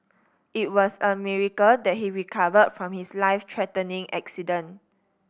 it was a miracle that he recovered from his life threatening accident